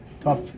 tough